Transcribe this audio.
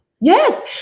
Yes